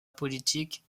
politique